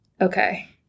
okay